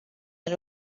are